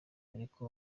ariko